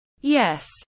Yes